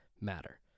matter